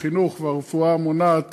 החינוך והרפואה המונעת